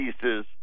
pieces